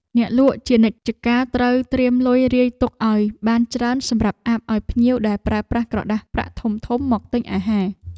អ្នកលក់ជានិច្ចកាលត្រូវត្រៀមលុយរាយទុកឱ្យបានច្រើនសម្រាប់អាប់ឱ្យភ្ញៀវដែលប្រើប្រាស់ក្រដាសប្រាក់ធំៗមកទិញអាហារ។